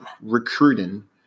recruiting